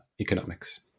economics